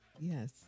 Yes